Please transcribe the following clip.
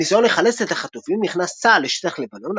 בניסיון לחלץ את החטופים נכנס צה"ל לשטח לבנון,